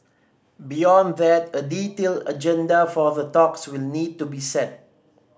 beyond that a detailed agenda for the talks will need to be set